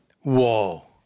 Whoa